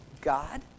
God